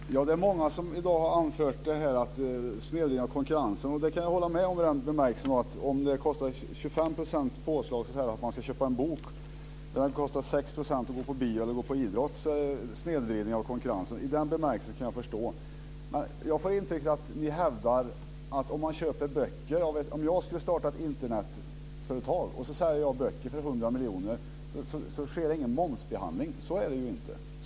Fru talman! Det är många som i dag har anfört snedvridning av konkurrensen. Jag kan hålla med i den bemärkelsen att ska det vara 25 % i påslag för att köpa en bok men kosta 6 % för att gå på bio eller se idrott är det fråga om snedvridning av konkurrensen. Jag får intrycket att ni hävdar att om jag skulle starta ett Internetföretag, och jag skulle sälja böcker för 100 miljoner, sker ingen momsbehandling. Så är det inte.